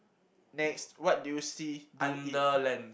next what do you see do eat